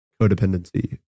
codependency